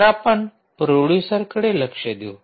तर आपण प्रोड्युसरकडे लक्ष देऊ